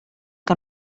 que